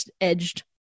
edged